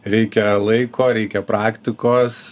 reikia laiko reikia praktikos